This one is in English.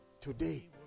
today